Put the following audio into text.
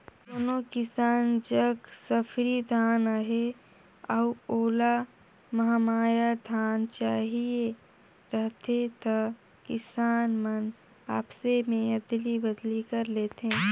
कोनो किसान जग सफरी धान अहे अउ ओला महमाया धान चहिए रहथे त किसान मन आपसे में अदली बदली कर लेथे